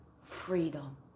freedom